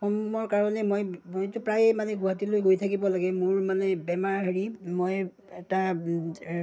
কমৰ কাৰণে মই মইতো প্ৰায়ে মানে গুৱাহাটীলৈ গৈ থাকিব লাগে মোৰ মানে বেমাৰ হেৰি মই এটা